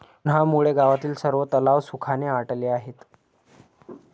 उन्हामुळे गावातील सर्व तलाव सुखाने आटले आहेत